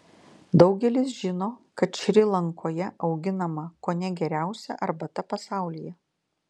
daugelis žino kad šri lankoje auginama kone geriausia arbata pasaulyje